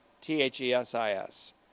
T-H-E-S-I-S